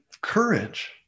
courage